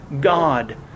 God